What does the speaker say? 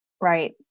Right